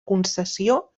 concessió